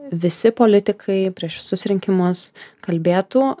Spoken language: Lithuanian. visi politikai prieš susirinkimus kalbėtų